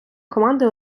команди